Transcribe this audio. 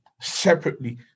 separately